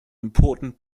important